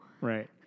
Right